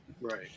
Right